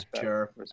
sure